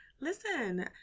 listen